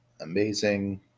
amazing